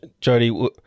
Jody